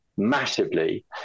massively